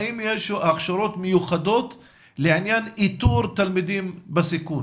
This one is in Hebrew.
האם יש הכשרות מיוחדות לעניין איתור תלמידים בסיכון?